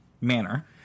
manner